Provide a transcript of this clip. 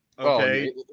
Okay